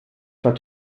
fins